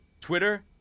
Twitter